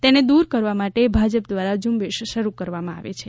તેને દૂર કરવા માટે ભાજપ દ્રારા ઝુંબેશ શરૂ કરવામાં આવે છે